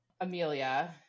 Amelia